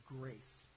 grace